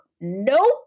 Nope